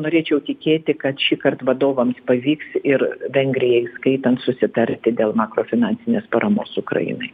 norėčiau tikėti kad šįkart vadovams pavyks ir vengriją įskaitant susitarti dėl makrofinansinės paramos ukrainai